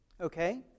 Okay